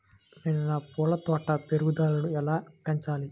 నేను నా పూల తోట పెరుగుదలను ఎలా పెంచాలి?